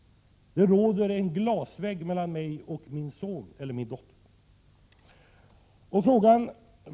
Det finns en glasvägg mellan föräldrar och barn. Fru talman!